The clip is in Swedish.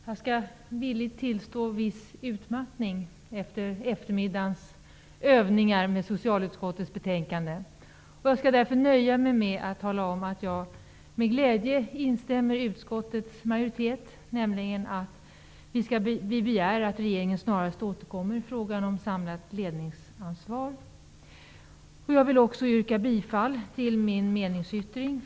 Herr talman! Jag skall villigt tillstå viss utmattning efter eftermiddagens övningar med socialutskottets tidigare betänkanden. Jag skall därför nöja mig med att säga att jag med glädje instämmer i utskottets majoritetsskrivning. Vi begär att regeringen snarast återkommer i frågan om samlat ledningsansvar. Jag vill också yrka bifall till Vänsterpartiets meningsyttring.